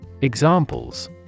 Examples